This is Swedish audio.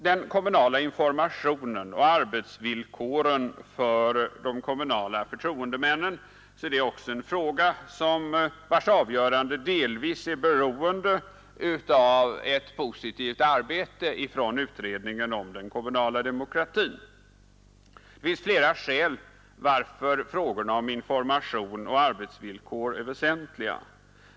Den kommunala informationen och arbetsvillkoren för de kommunala förtroendemännen är också frågor vilkas avgörande delvis är beroende av ett positivt arbete av utredningen om den kommunala demokratin. Det finns flera skäl till att frågorna om information och arbetsvillkor är så väsentliga.